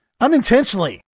unintentionally